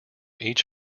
each